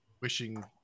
wishing